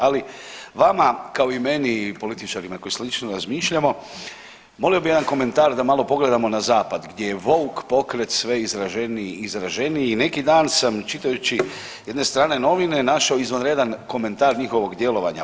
Ali vama kao i meni, političarima koji slično razmišljamo molio bih jedan komentar da malo pogledamo na zapad gdje je Woke pokret sve izraženiji i izraženiji i neki dan sam čitajući jedne strane novine našao izvanredan komentar njihovog djelovanja.